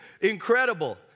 incredible